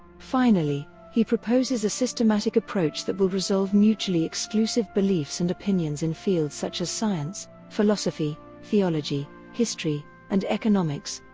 finally, he proposes a systematic approach that will resolve mutually exclusive beliefs and opinions in fields such as science, philosophy, theology, history, and economics.